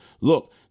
look